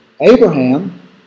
Abraham